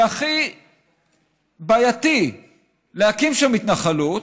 שהכי בעייתי להקים שם התנחלות,